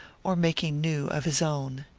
or making new of his own.